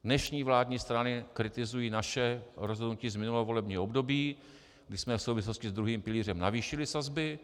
Dnešní vládní strany kritizují naše rozhodnutí z minulého volebního období, kdy jsme v souvislosti s druhým pilířem navýšili sazby.